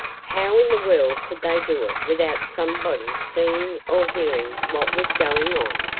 how in the world could they do it without somebody's seeing or hearing what was going on?